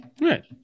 Right